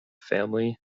family